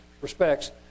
respects